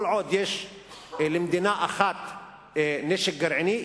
כל עוד יש למדינה אחת נשק גרעיני,